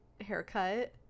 haircut